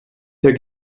der